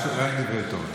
רק דברי תורה.